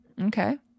Okay